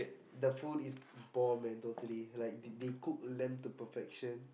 the food is bomb man totally like they cook lamb to perfection